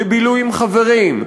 לבילוי עם חברים,